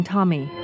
Tommy